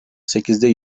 sekizde